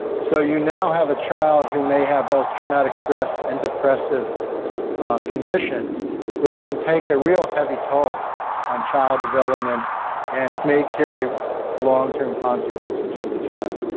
so, you now have a child who may have both traumatic stress and depressive condition which can take a real heavy toll on child development and may carry long term consequences for the child.